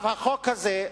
עכשיו החוק הזה,